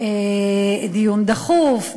דיון דחוף,